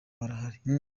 barahari